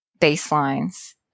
baselines